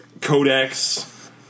codex